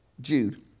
Jude